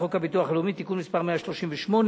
חוק הביטוח הלאומי (תיקון מס' 138),